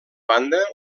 banda